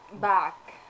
back